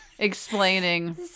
explaining